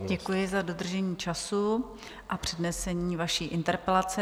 Děkuji za dodržení času a přednesení vaší interpelace.